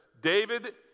David